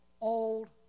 old